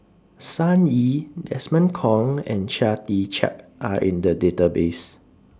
Sun Yee Desmond Kon and Chia Tee Chiak Are in The Database